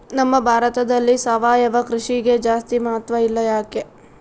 ನಮ್ಮ ಭಾರತದಲ್ಲಿ ಸಾವಯವ ಕೃಷಿಗೆ ಜಾಸ್ತಿ ಮಹತ್ವ ಇಲ್ಲ ಯಾಕೆ?